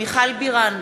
מיכל בירן,